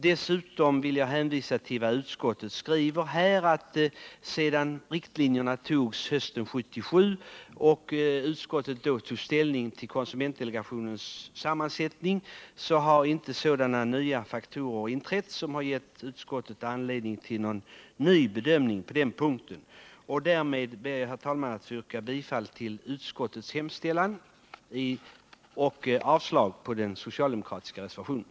Dessutom vill jag hänvisa till att utskottet skriver att det sedan riktlinjerna antogs hösten 1977 och utskottet då tog ställning till konsumentdelegationens sammansättning inte hartillkommit några nya faktorer, som har givit utskottet anledning till någon ny bedömning på denna punkt. Med det anförda ber jag, herr talman, att få yrka bifall till utskottets hemställan och avslag på den socialdemokratiska reservationen.